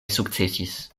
sukcesis